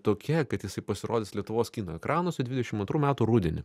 tokia kad jisai pasirodys lietuvos kino ekranuose dvidešim antrų metų rudenį